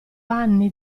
anni